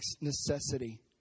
necessity